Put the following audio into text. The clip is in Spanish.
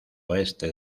oeste